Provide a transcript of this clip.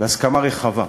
והסכמה רחבה.